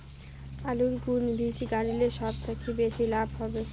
আলুর কুন বীজ গারিলে সব থাকি বেশি লাভ হবে?